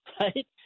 right